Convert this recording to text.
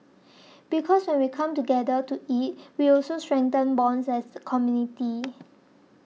because when we come together to eat we also strengthen bonds as community